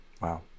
Wow